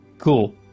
cool